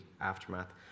aftermath